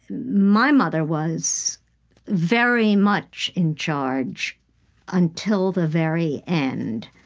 my mother was very much in charge until the very end.